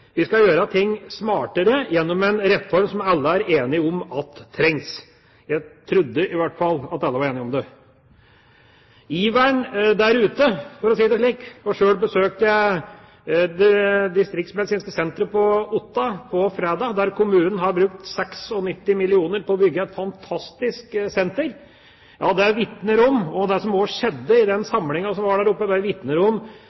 Vi skal gjøre ting smartere gjennom en reform som alle er enige om trengs. Jeg trodde i hvert fall at alle var enige om det. Jeg besøkte Distriktsmedisinsk senter på Otta på fredag. Kommunen har brukt 96 mill. kr på å bygge et fantastisk senter der. Det som skjedde i den